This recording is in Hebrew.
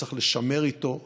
צריך לשמר איתו קשר.